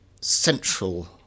central